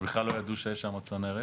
ובכלל לא ידעו שיש שם עוד צנרת.